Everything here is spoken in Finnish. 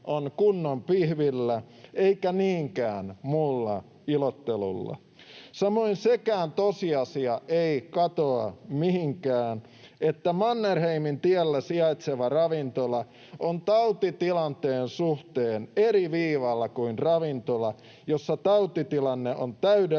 on kunnon pihvillä eikä niinkään muulla ilottelulla. Samoin sekään tosiasia ei katoa mihinkään, että Mannerheimintiellä sijaitseva ravintola on tautitilanteen suhteen eri viivalla kuin ravintola, jossa tautitilanne on täydellisesti